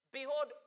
Behold